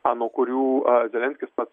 a nuo kurių a zelenskis pas